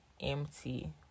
empty